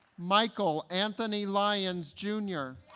michael anthony lyons jr.